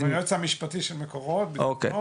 היועץ המשפטי של מקורות בזמנו,